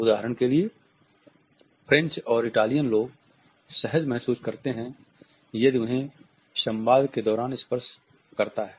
उदाहरण के लिए फ्रेंच और इटालियन लोग सहज महसूस करते हैं यदि कोई उन्हें संवाद के दौरान स्पर्श करता है